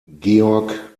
georg